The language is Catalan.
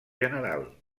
general